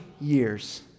years